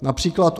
Například.